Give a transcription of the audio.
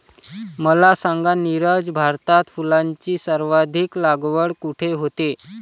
मला सांगा नीरज, भारतात फुलांची सर्वाधिक लागवड कुठे होते?